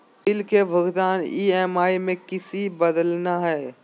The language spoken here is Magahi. बिल के भुगतान ई.एम.आई में किसी बदलना है?